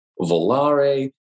Volare